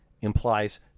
implies